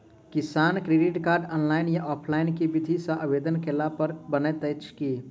किसान credit card, online या offline केँ विधि सँ आवेदन कैला पर बनैत अछि?